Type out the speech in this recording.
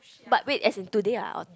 but wait as in today ah or